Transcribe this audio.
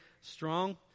strong